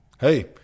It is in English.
Hey